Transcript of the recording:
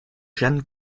jeanne